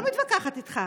אני לא מתווכחת איתך.